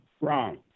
wrong